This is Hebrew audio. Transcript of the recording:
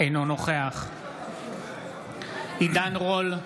אינו נוכח עידן רול,